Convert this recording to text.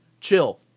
chill